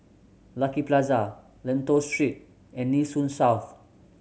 Lucky Plaza Lentor Street and Nee Soon South